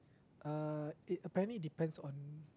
uh it apparently depends on